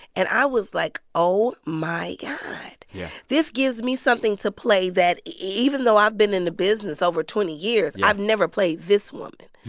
and i was like, oh, my god. yeah. this gives me something to play that, even though i've been in the business over twenty years. yeah. i've never played this woman,